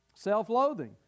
self-loathing